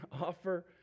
offer